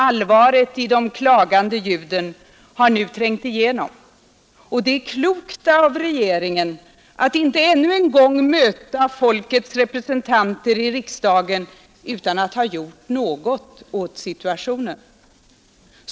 Allvaret i de klagande ljuden har nu trängt igenom, och det är klokt av regeringen att inte ännu en gång möta folkets representanter i riksdagen utan att ha gjort något åt situationen.